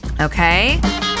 Okay